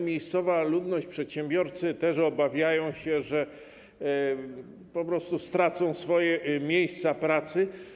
Miejscowa ludność, przedsiębiorcy też obawiają się, że stracą swoje miejsca pracy.